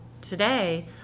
today